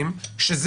החוב יכול להיות חוב